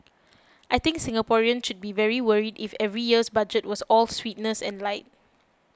I think Singaporeans should be very worried if every year's budget was all sweetness and light